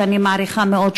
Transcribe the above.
שאני מעריכה מאוד,